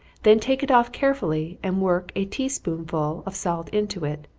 then take it off carefully, and work a tea-spoonful of salt into it.